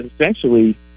essentially